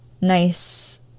nice